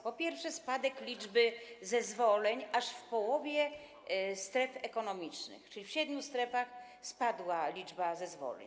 Po pierwsze, spadek liczby zezwoleń aż w połowie stref ekonomicznych, czyli w siedmiu strefach spadła liczba zezwoleń.